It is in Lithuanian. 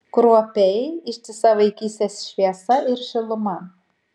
kruopiai ištisa vaikystės šviesa ir šiluma